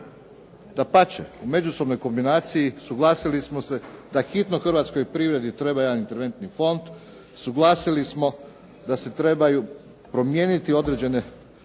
Dapače, u međusobnoj kombinaciji suglasili smo se da hitno hrvatskoj privredi treba jedan interventni fond, suglasili smo da se trebaju promijeniti određene